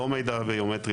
לא מידע ביומטרי,